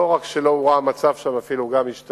לא רק שלא הורע המצב שם, אלא אפילו השתפר.